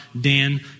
Dan